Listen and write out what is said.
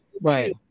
Right